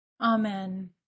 Amen